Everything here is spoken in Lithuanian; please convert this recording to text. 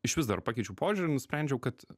išvis dar pakeičiau požiūrį ir nusprendžiau kad